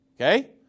okay